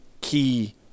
key